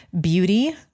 Beauty